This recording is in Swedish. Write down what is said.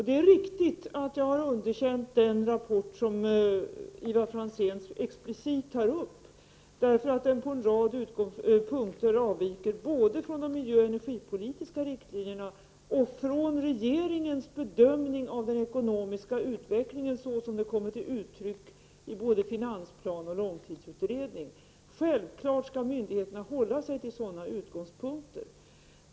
Det är riktigt att jag har underkänt den rapport som Ivar Franzén explicit tar upp, därför att den på en rad punkter avviker både från de miljöoch energipolitiska riktlinjerna och från regeringens bedömning av den ekonomiska utvecklingen så som den kommer till uttryck i både finansplan och långtidsutredning. Självfallet skall myndigheterna hålla sig till sådana utgångspunkter.